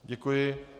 Děkuji.